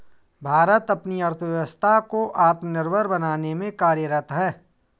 भारत अपनी अर्थव्यवस्था को आत्मनिर्भर बनाने में कार्यरत है